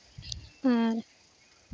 ᱟᱨ